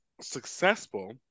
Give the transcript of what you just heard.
successful